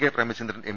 K Premachandran M